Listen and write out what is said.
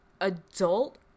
adult